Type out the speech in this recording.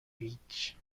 beach